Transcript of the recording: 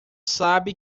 sabe